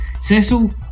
Cecil